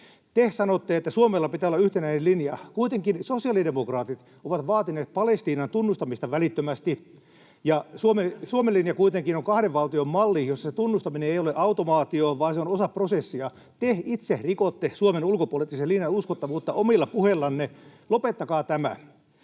Te sanotte, että Suomella pitää olla yhtenäinen linja. Kuitenkin sosiaalidemokraatit ovat vaatineet Palestiinan tunnustamista välittömästi, ja Suomen linja kuitenkin on kahden valtion malli, jossa se tunnustaminen ei ole automaatio vaan se on osa prosessia. Te itse rikotte Suomen ulkopoliittisen linjan uskottavuutta omilla puheillanne. Lopettakaa tämä.